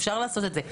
אפשר לעשות את זה.